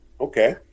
Okay